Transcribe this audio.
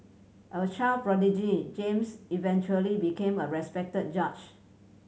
a child prodigy James eventually became a respected judge